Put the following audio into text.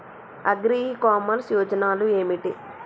Agri e commerce ప్రయోజనాలు ఏమిటి?